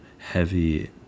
Heavy